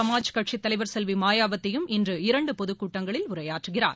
சமாஜ் கட்சி தலைவர் செல்வி மாயாவதியும் இன்று இரண்டு பொதுக்கூட்டங்களில் பகுஐன் உரையாற்றுவார்